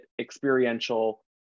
experiential